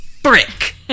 Brick